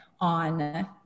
on